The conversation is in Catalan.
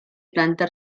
planta